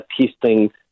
Testing